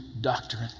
doctrine